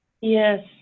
Yes